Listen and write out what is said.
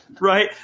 Right